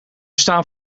staan